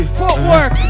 footwork